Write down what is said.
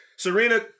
Serena